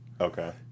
Okay